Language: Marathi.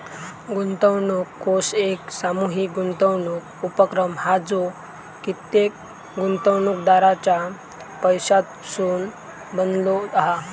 गुंतवणूक कोष एक सामूहीक गुंतवणूक उपक्रम हा जो कित्येक गुंतवणूकदारांच्या पैशासून बनलो हा